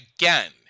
again